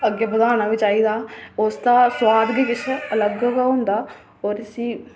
अग्गें बधाना बी चाहिदा उसदा सोआद गै किश लग गै होंदा होर इसी